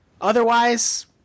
Otherwise